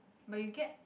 but you get